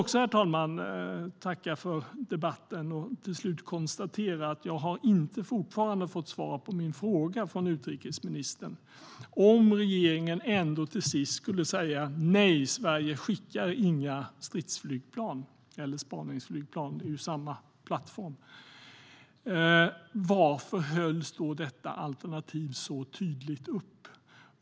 Också jag vill tacka för debatten och till slut konstatera att jag fortfarande inte har fått svar från utrikesministern på min fråga. Om regeringen ändå till sist skulle säga nej och Sverige inte skickar några stridsflygplan eller spaningsflygplan - det är ju samma plattform - varför hölls då detta alternativ så tydligt upp?